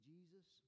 Jesus